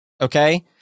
okay